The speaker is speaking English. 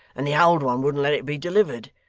and the old one wouldn't let it be delivered.